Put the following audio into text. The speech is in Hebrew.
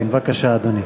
בבקשה, אדוני.